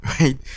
right